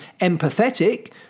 empathetic